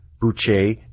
Boucher